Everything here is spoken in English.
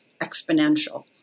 exponential